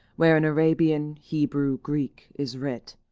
where in arabian, hebrew, greek, is writ,